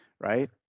right